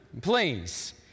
please